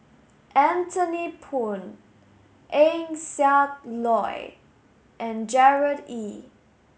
Anthony Poon Eng Siak Loy and Gerard Ee